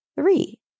three